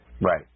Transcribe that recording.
Right